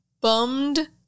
Bummed